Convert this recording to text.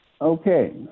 Okay